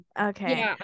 Okay